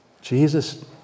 Jesus